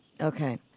Okay